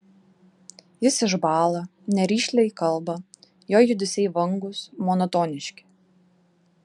jis išbąla nerišliai kalba jo judesiai vangūs monotoniški